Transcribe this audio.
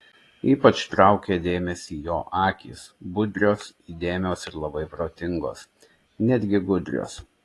ypač traukė dėmesį jo akys budrios įdėmios ir labai protingos netgi gudrios